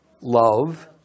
love